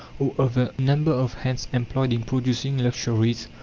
or of the number of hands employed in producing luxuries,